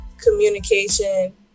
communication